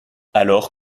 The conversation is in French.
alors